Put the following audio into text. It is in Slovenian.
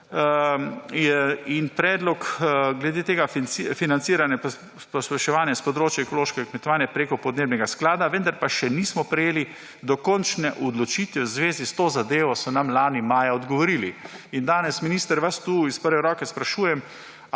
je predlog glede financiranja pospeševanja s področja ekološkega kmetovanja prek podnebnega sklada. »Vendar pa še nismo prejeli dokončne odločitve v zvezi s to zadevo,« so nam odgovorili lani maja. Danes, minister, vas tu iz prve roke sprašujem,